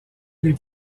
les